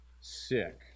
sick